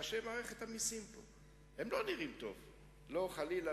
אתה יודע, השר, אתה מכיר אותי כל כך הרבה שנים,